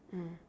mm